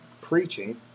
preaching